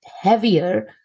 heavier